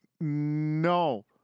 No